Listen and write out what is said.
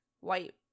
white